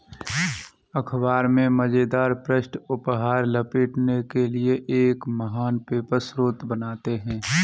अख़बार में मज़ेदार पृष्ठ उपहार लपेटने के लिए एक महान पेपर स्रोत बनाते हैं